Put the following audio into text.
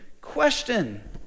question